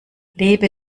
lebe